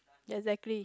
exactly